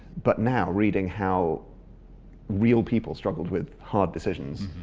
but now reading how real people struggled with hard decisions,